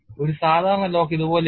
ഒരു സാധാരണ ലോക്ക് ഇതുപോലെയാകും